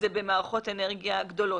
במערכות אנרגיה גדולות.